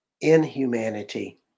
inhumanity